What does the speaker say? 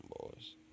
boys